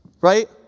Right